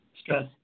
stress